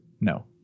No